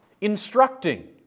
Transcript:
instructing